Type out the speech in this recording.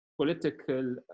political